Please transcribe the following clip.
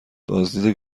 بازدید